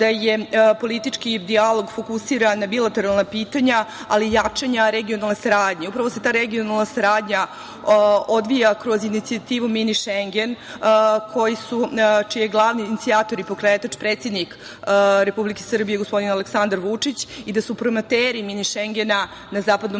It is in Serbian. da je politički dijalog fokusiran na bilateralna pitanja, ali i jačanja regionalne saradnje. Upravo se ta regionalna saradnja odvija kroz inicijativu „Mini Šengen“, čiji je glavni inicijator i pokretač predsednik Republike Srbije gospodin Aleksandar Vučić i da su promoteri „Mini Šengena“ na Zapadnom